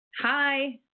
Hi